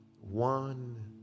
one